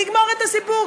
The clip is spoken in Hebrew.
נגמור את הסיפור.